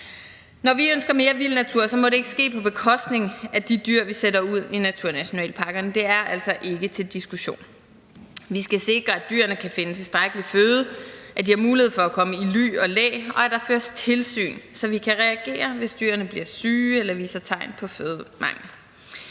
Når vi ønsker mere vild natur, må det ikke ske på bekostning af de dyr, vi sætter ud i naturnationalparkerne. Det er altså ikke til diskussion. Vi skal sikre, at dyrene kan finde tilstrækkelig føde, at de har mulighed for at komme i ly og læ, og at der føres tilsyn, så vi kan reagere, hvis dyrene bliver syge eller viser tegn på fødemangel.